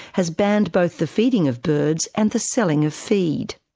has banned both the feeding of birds and the selling of feed.